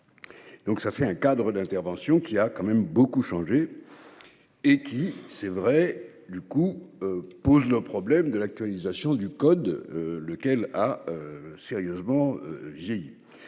Donc ça fait un cadre d'intervention qui a quand même beaucoup changé. Et qui c'est vrai du coup pose le problème de l'actualisation du code. Lequel a. Sérieusement ai.